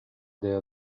their